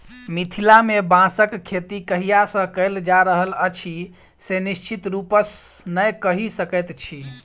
मिथिला मे बाँसक खेती कहिया सॅ कयल जा रहल अछि से निश्चित रूपसॅ नै कहि सकैत छी